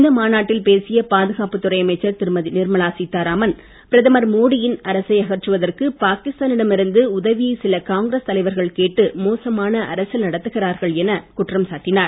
இந்த மாநாட்டில் பேசிய பாதுகாப்பு துறை அமைச்சர் திருமதி நிர்மலா சீத்தாராமன் பிரதமர் மோடியின் அரசை அகற்றுவதற்கு பாகிஸ்தானிடம் இருந்து உதவியை சில காங்கிரஸ் தலைவர்கள் கேட்டு மோசமான அரசியல் நடத்துகிறார்கள் என குற்றம் சாட்டினார்